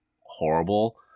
horrible